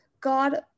God